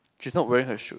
she's not wearing her shoe